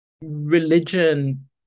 religion